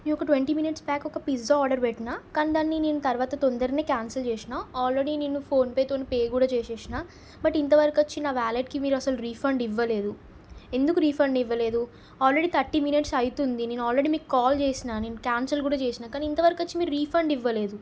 ఈ ఒక twenty minutes back ఒక పిజ్జా ఆర్డర్ పెట్టిన కాని దాన్ని నేను తర్వాత తొందరనే క్యాన్సల్ చేసినా ఆల్రెడీ నేను ఫోన్పే తోని పే కూడా చేసేసిన బట్ ఇంత వరకు వచ్చి నా వాలెట్కి మీరు అసలు రిఫండ్ ఇవ్వలేదు ఎందుకు రిఫండ్ ఇవ్వలేదు ఆల్రెడీ థర్టీ మినిట్స్ అవుతుంది నేను ఆల్రెడీ మీకు కాల్ చేసినా నేను క్యాన్సిల్ కూడా చేసినా కానీ ఇంతవరకు వచ్చి మీరు రిఫండ్ ఇవ్వలేదు